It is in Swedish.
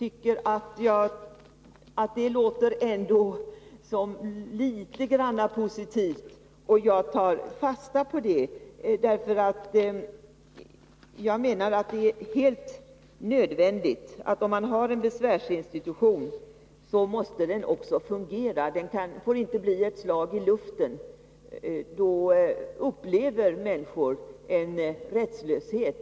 Det låter ändå litet positivt, och jag tar fasta på det. Enligt min mening är det helt nödvändigt att ett besvärsinstitut, om sådant finns, också fungerar. Det får inte bli ett slag i luften, för det kan människor uppleva som rättslöshet.